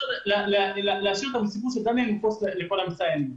צריך להשאיר את הסיפור של דניאל מחוץ לכל המסתננים.